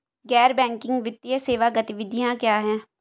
गैर बैंकिंग वित्तीय सेवा गतिविधियाँ क्या हैं?